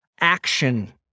action